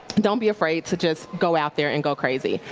don't be afraid to just go out there and go crazy.